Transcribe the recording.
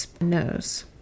knows